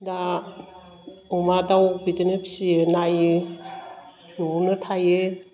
दा अमा दाउ बिदिनो फियो नायो न'आवनो थायो